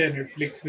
Netflix